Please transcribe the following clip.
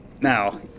Now